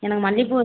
எனக்கு மல்லிகைப்பூ